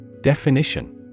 Definition